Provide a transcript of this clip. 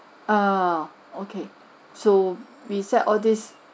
ah okay so we set all this